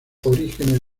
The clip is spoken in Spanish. orígenes